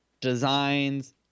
designs